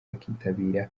bakitabira